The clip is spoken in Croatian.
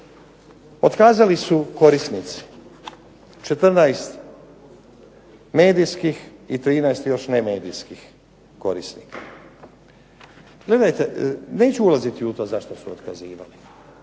Otkazali su korisnici 14 medijskih i 13 još nemedijskih korisnika. Gledajte neću ulaziti u to zašto su otkazivali.